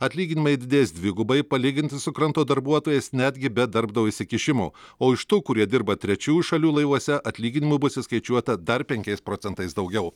atlyginimai didės dvigubai palyginti su kranto darbuotojais netgi be darbdavio įsikišimo o iš tų kurie dirba trečiųjų šalių laivuose atlyginimų bus išskaičiuota dar penkiais procentais daugiau